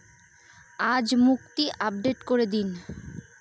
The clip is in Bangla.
আজ মুক্তি আপডেট করে দিন